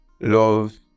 love